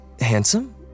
handsome